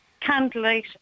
candlelight